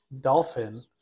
Dolphin